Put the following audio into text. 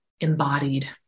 embodied